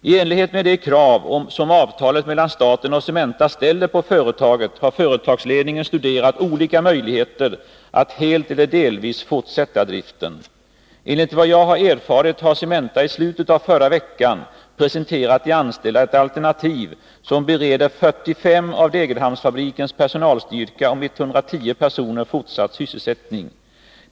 I enlighet med de krav som avtalet mellan staten och Cementa ställer på företaget har företagsledningen studerat olika möjligheter att helt eller delvis fortsätta driften. Enligt vad jag har erfarit har Cementa i slutet av förra veckan presenterat de anställda ett alternativ som bereder 45 av Degerhamnsfabrikens personalstyrka om 110 personer fortsatt sysselsättning.